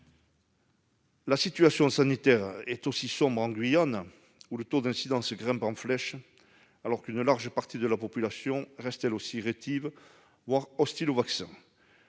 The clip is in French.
La situation sanitaire est aussi sombre en Guyane, où le taux d'incidence grimpe en flèche, alors qu'une large partie de la population reste, elle aussi, rétive, voire hostile au vaccin.